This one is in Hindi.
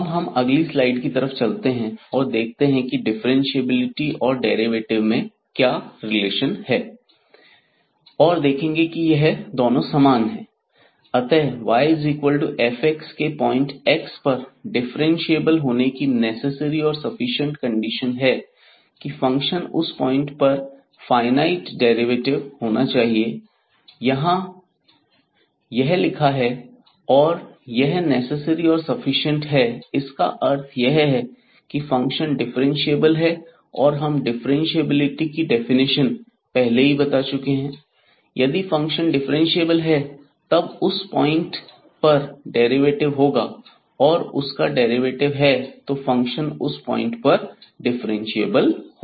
अब हम अगली स्लाइड की तरफ चलते हैं और देखते हैं की डिफ्रेंशिएबिलिटी और डेरिवेटिव में क्या रिलेशन है और देखेंगे कि यह दोनों समान हैं अतः yf के पॉइंट x पर डिफ्रेंशिएबल होने की नेसेसरी और सफिशिएंट कंडीशन है कि फंक्शन का उस पॉइंट पर फाई नाइट डेरिवेटिव होना चाहिए यहां यह लिखा है और यह नेसेसरी और सफिशिएंट है इसका अर्थ यह है की फंक्शन डिफ्रेंशिएबल है और हम डिफ्रेंशिएबिलिटी की डेफिनेशन पहले ही बता चुके हैं अतः यदि फंक्शन डिफरेंशिएबल है तब उसका उस पॉइंट पर डेरिवेटिव होगा और यदि उसका डेरिवेटिव है तो फंक्शन उस पॉइंट पर डिफरेंशिएबल होगा